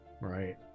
Right